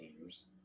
teams